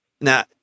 now